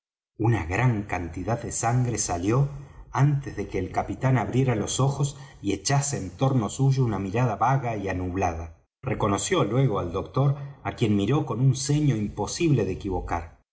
una gran cantidad de sangre salió antes de que el capitán abriera los ojos y echase en torno suyo una mirada vaga y anublada reconoció luego al doctor á quien miró con un ceño imposible de equivocar